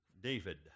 David